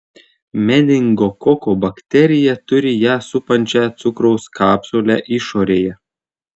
meningokoko bakterija turi ją supančią cukraus kapsulę išorėje